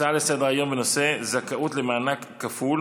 הצעה לסדר-היום בנושא: זכאות למענק כפול